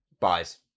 Buys